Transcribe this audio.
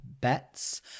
bets